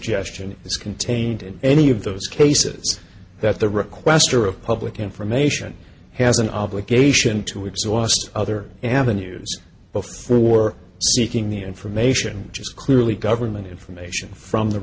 is contained in any of those cases that the requestor of public information has an obligation to exhaust other avenues before seeking the information just clearly government information from the